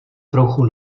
trochu